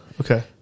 Okay